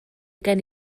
gen